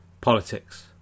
politics